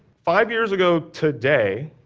five years ago today,